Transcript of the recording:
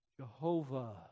Jehovah